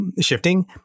shifting